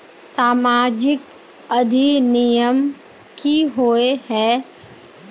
सामाजिक अधिनियम की होय है?